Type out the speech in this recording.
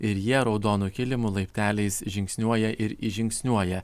ir jie raudonu kilimu laipteliais žingsniuoja ir įžingsniuoja